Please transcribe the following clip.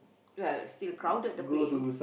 well still crowded the plane